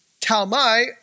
Talmai